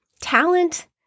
talent